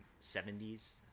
70s